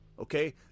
Okay